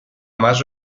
más